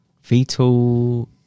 Fetal